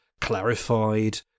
clarified